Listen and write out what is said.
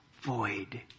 void